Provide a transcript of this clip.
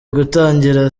gutangira